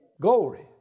glory